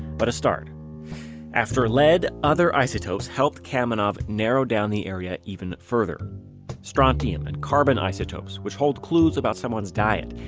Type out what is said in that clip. but a start after lead, other isotopes helped kamenov narrow down the area even further strontium and carbon isotopes, which hold clues about someone's diet,